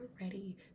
ready